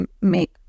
make